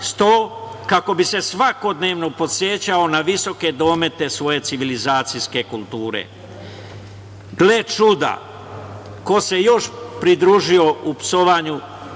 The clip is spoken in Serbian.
sto, kako bi se svakodnevno podsećao na visoke domete svoje civilizacijske kulture. Gle čuda, ko se još pridružio u psovanju